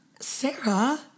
Sarah